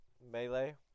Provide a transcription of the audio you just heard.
melee